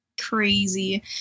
crazy